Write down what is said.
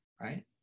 right